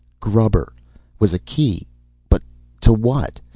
grubber was a key but to what?